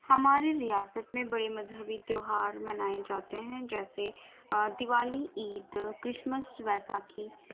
ہماری ریاست میں بڑے مذہبی تیوہار منائے جاتے ہیں جیسے دیوالی عید کرسمس بیساکھی